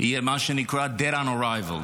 תהיה מה שנקרא Dead on arrival.